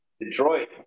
Detroit